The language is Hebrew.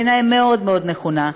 בעיניי היא מאוד מאוד נכונה.